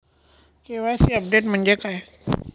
KYC update म्हणजे काय?